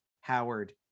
Howard